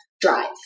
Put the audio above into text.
drive